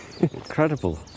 Incredible